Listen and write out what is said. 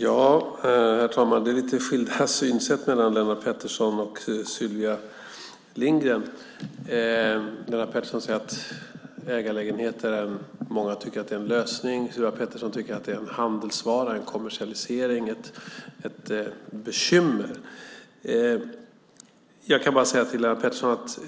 Herr talman! Det är lite skilda synsätt hos Lennart Pettersson och Sylvia Lindgren. Lennart Pettersson tycker att ägarlägenheter är en lösning; Sylvia Lindgren tycker att det är handelsvara, en kommersialisering, ett bekymmer. Till Lennart Pettersson kan jag säga att